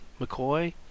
McCoy